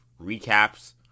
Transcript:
recaps